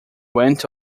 went